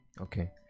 Okay